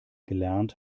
gelernt